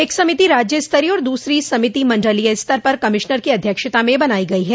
एक समिति राज्य स्तरीय और दूसरी समिति मंडलोय स्तर पर कमिश्नर की अध्यक्षता में बनाई गई है